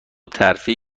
ترفیع